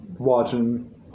watching